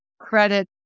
credit